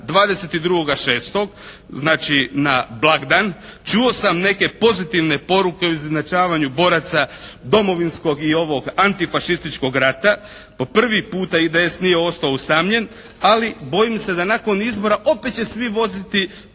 znači na blagdan čuo sam neke pozitivne poruke u izjednačavanju boraca Domovinskog i ovog antifašističkog rata. Po prvi puta IDS nije ostao usamljen. Ali bojim se da nakon izbora opet će svi voziti